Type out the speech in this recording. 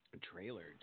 trailer